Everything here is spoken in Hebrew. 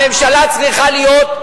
הממשלה צריכה להיות,